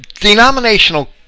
denominational